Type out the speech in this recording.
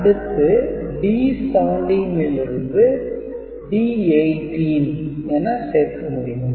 அடுத்து D17 லிருந்து D18 என சேர்க்க முடியும்